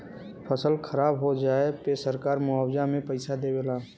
फसल खराब हो जाये पे सरकार मुआवजा में पईसा देवे ला